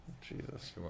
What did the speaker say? Jesus